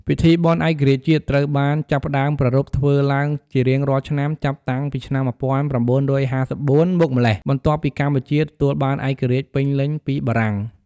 ពិធីបុណ្យឯករាជ្យជាតិត្រូវបានចាប់ផ្ដើមប្រារព្ធធ្វើឡើងជារៀងរាល់ឆ្នាំចាប់តាំងពីឆ្នាំ ១៩៥៤ មកម្ល៉េះ បន្ទាប់ពីកម្ពុជាបានទទួលឯករាជ្យពេញលេញពីបារាំង។